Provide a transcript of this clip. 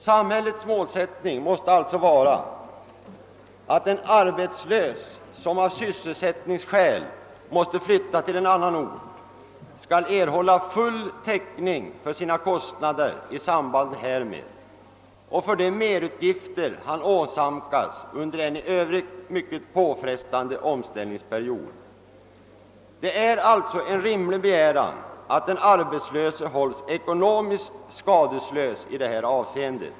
Samhällets målsättning måste alltså vara att en arbetslös som av sysselsättningsskäl måste flytta till en annan ort skall erhålla full täckning för sina kostnader i samband härmed och för de merutgifter han åsamkas under en i övrigt mycket påfrestande omställningsperiod. Det är alltså en rimlig begäran att den arbetslöse hålls ekonomiskt skadelös i detta avseende.